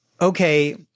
okay